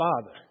Father